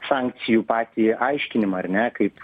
sankcijų patį aiškinimą ar ne kaip